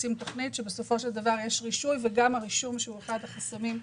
רוצים תוכנית שבסופו של דבר יש רישוי וגם הרישוי שהוא אחד החסמים.